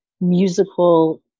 musical